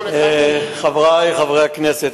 חברי חברי הכנסת,